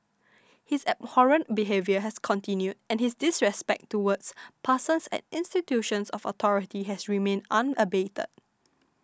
his abhorrent behaviour has continued and his disrespect towards persons and institutions of authority has remained unabated